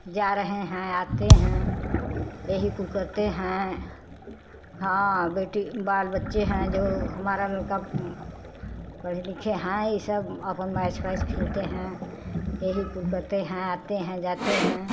जा रहे हैं आते हैं यही कुल करते हैं हाँ बेटी बाल बच्चे हैं जो हमारा उनका पढे लिखे हैं ई सब आपण मैच वैच खेलते हैं ये ही कुल करते हैं आते हैं जाते हैं